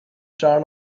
turn